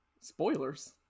Spoilers